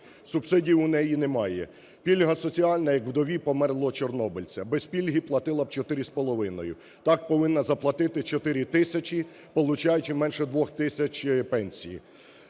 субсидії у неї немає, пільга соціальна як вдові померлого чорнобильця. Без пільги платила б 4,5, так повинна заплатити 4 тисячі, получаючи менше 2 тисяч пенсії.